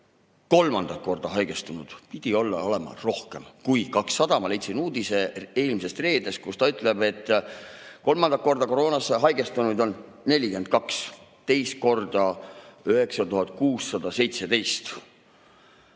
kolmandat korda haigestunuid pidi olema rohkem kui 200. Ma leidsin uudise eelmisest reedest, kus öeldakse, et kolmandat korda koroonasse haigestunuid on 42, teist korda 9617.